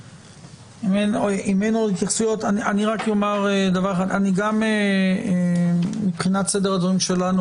אם אין עוד התייחסויות אני רק אומר דבר אחד: מבחינת סדר הדברים שלנו,